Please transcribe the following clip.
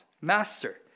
master